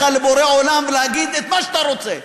לבורא עולם ולהגיד את מה שאתה רוצה,